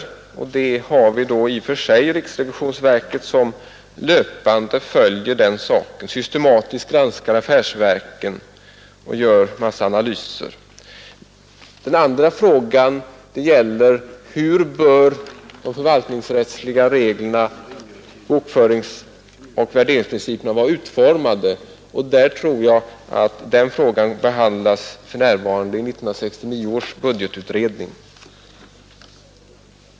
Där har vi riksrevisionsverket, som kontinuerligt och systematiskt granskar affärsverken och gör en mängd analyser. Den andra är: Hur bör de förvaltningsrättsliga reglerna, bokföringsoch värderingsprinciperna vara utformade? Den frågan behandlas för närvarande av 1969 års budgetutredning.